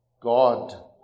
God